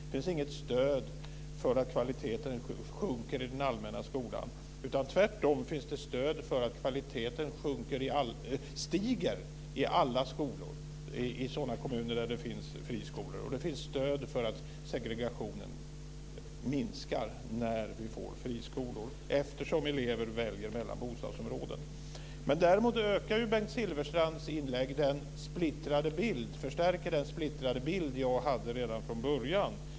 Det finns inget stöd för att kvaliteten sjunker i den allmänna skolan. Tvärtom finns det stöd för att kvaliteten stiger i alla skolor i sådana kommuner där det finns friskolor. Det finns stöd för att segregationen minskar när det finns friskolor eftersom eleverna kan välja mellan bostadsområden. Däremot förstärker Bengt Silfverstrands inlägg den splittrade bild jag hade redan från början.